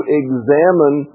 examine